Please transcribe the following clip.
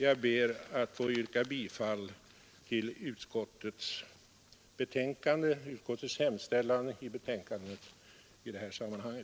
Jag ber att få yrka bifall till utskottets hemställan i föreliggande betänkande.